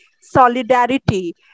solidarity